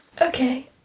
Okay